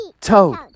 toad